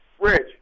Rich